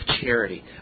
charity